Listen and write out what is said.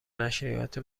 نشریات